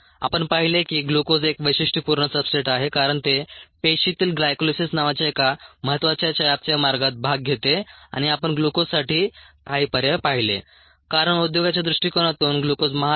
आपण पाहिले की ग्लुकोज एक वैशिष्ट्यपूर्ण सब्सट्रेट आहे कारण ते पेशीतील ग्लायकोलिसिस नावाच्या एका महत्त्वाच्या चयापचय मार्गात भाग घेते आणि आपण ग्लुकोजसाठी काही पर्याय पाहिले कारण उद्योगाच्या दृष्टिकोनातून ग्लुकोज महाग आहे